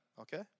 Okay